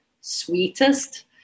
sweetest